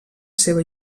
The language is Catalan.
seva